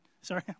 Sorry